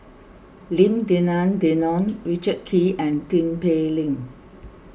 Lim Denan Denon Richard Kee and Tin Pei Ling